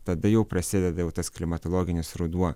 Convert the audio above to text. tada jau prasideda jau tas klimatologinis ruduo